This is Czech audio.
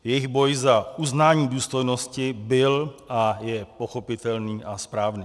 Jejich boj za uznání důstojnosti byl a je pochopitelný a správný.